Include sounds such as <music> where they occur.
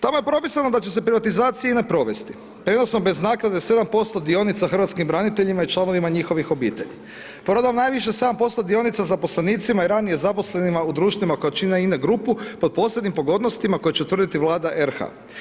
Tamo je propisano da će se privatizacija INA-e provesti, prijenosom bez naknade 7% dionica hrvatskim braniteljima i članovima njihovih obitelji. … <unintelligible> 7% dionica zaposlenicima i ranije zaposlenim u društvima, koje čine INA Grupu pod posebnim pogodnostima koje će utvrditi Vlada RH.